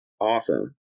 awesome